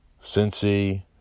Cincy